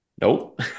Nope